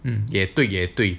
hmm 也对也对